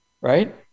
right